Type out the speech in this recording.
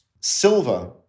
Silver